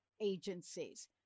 agencies